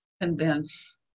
convince